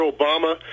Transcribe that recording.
Obama